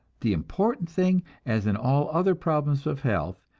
the important thing, as in all other problems of health,